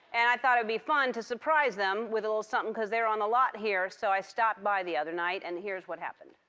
and i thought it'd be fun to surprise them with a little something because they're on the lot here, so i stopped by the other night, and here's what happened.